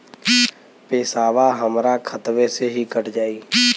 पेसावा हमरा खतवे से ही कट जाई?